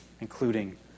including